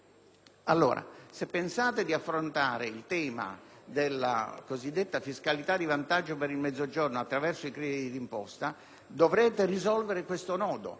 Ebbene, se pensate di affrontare il tema della cosiddetta fiscalità di vantaggio per il Mezzogiorno attraverso i crediti d'imposta dovrete risolvere questo nodo.